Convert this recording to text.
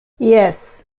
yes